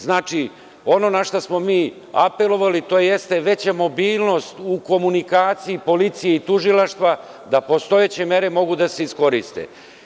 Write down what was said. Znači, ono na šta smo mi apelovali jeste veća mobilnost u komunikaciji policije i tužilaštva da postojeće mere mogu da se iskoriste.